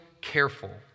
careful